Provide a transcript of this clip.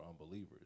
unbelievers